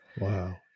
Wow